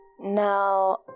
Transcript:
Now